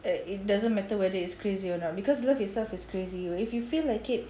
err it doesn't matter whether it's crazy or not because love itself is crazy if you feel like it